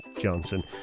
Johnson